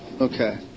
Okay